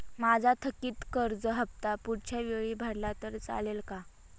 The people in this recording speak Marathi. माझा थकीत कर्ज हफ्ता पुढच्या वेळी भरला तर चालेल का?